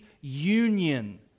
union